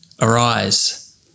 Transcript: Arise